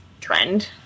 trend